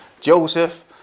Joseph